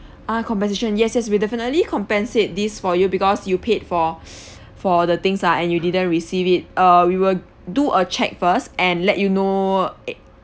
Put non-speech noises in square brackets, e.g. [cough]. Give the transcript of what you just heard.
ah compensation yes yes we'll definitely compensate these for you because you paid for [noise] for the things lah and you didn't receive it err we will do a check first and let you know a~